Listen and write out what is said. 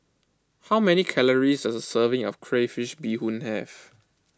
how many calories does a serving of Crayfish BeeHoon have